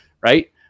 Right